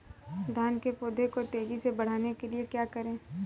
धान के पौधे को तेजी से बढ़ाने के लिए क्या करें?